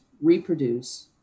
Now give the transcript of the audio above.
reproduce